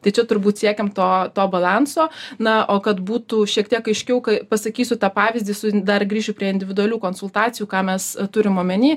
tai čia turbūt siekiam to to balanso na o kad būtų šiek tiek aiškiau kai pasakysiu tą pavyzdį su dar grįšiu prie individualių konsultacijų ką mes turim omeny